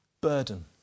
burden